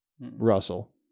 Russell